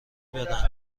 بدن